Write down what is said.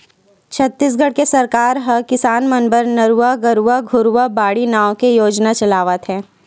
छत्तीसगढ़ के सरकार ह किसान मन बर नरूवा, गरूवा, घुरूवा, बाड़ी नांव के योजना चलावत हे